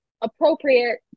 appropriate